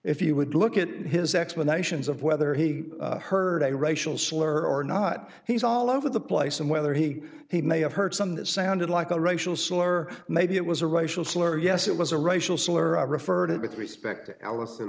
if you would look at his explanations of whether he heard a racial slur or not he's all over the place and whether he he may have heard something that sounded like a racial slur or maybe it was a racial slur or yes it was a racial slur i referred it with respect to allison